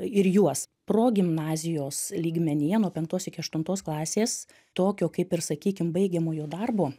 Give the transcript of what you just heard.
ir juos progimnazijos lygmenyje nuo penktos iki aštuntos klasės tokio kaip ir sakykim baigiamojo darbo